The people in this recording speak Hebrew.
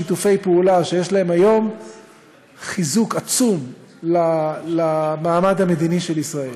שיתופי פעולה שיש להם היום חיזוק עצום למעמד המדיני של ישראל.